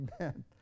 amen